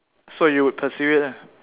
so you will pursue it lah